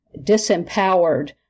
disempowered